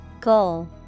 Goal